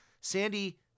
Sandy